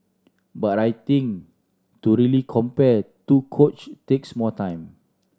but I think to really compare two coach takes more time